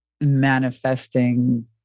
manifesting